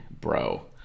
bro